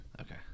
Okay